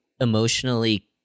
emotionally